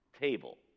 table